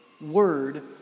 word